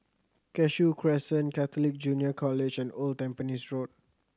Cashew Crescent Catholic Junior College and Old Tampines Road